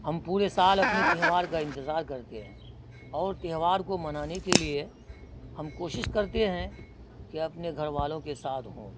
ہم پورے سال اپنے تہوار کا انتظار کرتے ہیں اور تہوار کو منانے کے لیے ہم کوشش کرتے ہیں کہ اپنے گھر والوں کے ساتھ ہوں